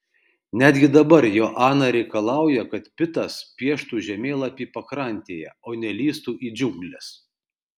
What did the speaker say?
netgi dabar joana reikalauja kad pitas pieštų žemėlapį pakrantėje o ne lįstų į džiungles